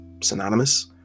synonymous